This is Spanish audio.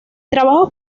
trabajos